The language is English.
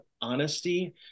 honesty